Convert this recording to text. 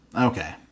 okay